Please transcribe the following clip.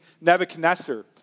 Nebuchadnezzar